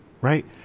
Right